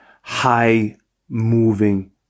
high-moving